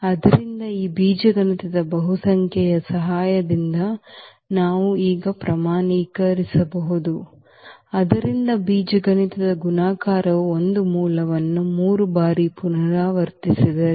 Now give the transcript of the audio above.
ಆದ್ದರಿಂದ ಈ ಬೀಜಗಣಿತದ ಬಹುಸಂಖ್ಯೆಯ ಸಹಾಯದಿಂದ ನಾವು ಈಗ ಪ್ರಮಾಣೀಕರಿಸಬಹುದು ಆದ್ದರಿಂದ ಬೀಜಗಣಿತದ ಗುಣಾಕಾರವು ಒಂದು ಮೂಲವನ್ನು 3 ಬಾರಿ ಪುನರಾವರ್ತಿಸಿದರೆ